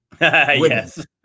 Yes